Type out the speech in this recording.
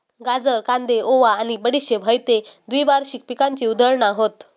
गाजर, कांदे, ओवा आणि बडीशेप हयते द्विवार्षिक पिकांची उदाहरणा हत